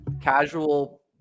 Casual